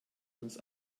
uns